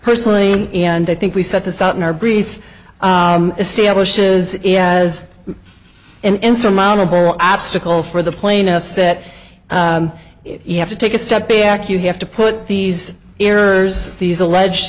personally and i think we set this up in our brief establishes as an insurmountable obstacle for the plaintiffs that you have to take a step back you have to put these errors these alleged